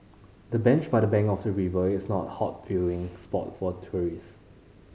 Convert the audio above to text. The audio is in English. the bench by the bank of the river is not a hot viewing spot for tourists